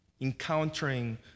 encountering